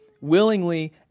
willingly